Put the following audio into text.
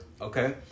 okay